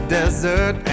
desert